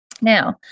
Now